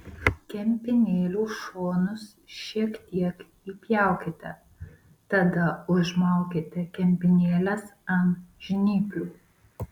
kempinėlių šonus šiek tiek įpjaukite tada užmaukite kempinėles ant žnyplių